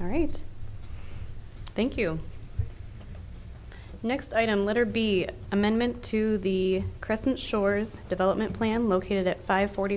all right thank you next item letter b amendment to the crescent shores development plan located at five forty